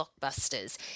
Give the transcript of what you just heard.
blockbusters